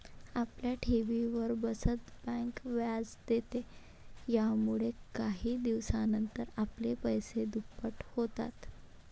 आपल्या ठेवींवर, बचत बँक व्याज देते, यामुळेच काही दिवसानंतर आपले पैसे दुप्पट होतात